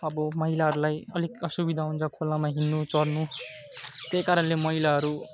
अब महिलाहरूलाई अलिक असुविधा हुन्छ खोलामा हिँड्नु चढ्नु त्यही कारणले महिलाहरू